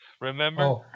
Remember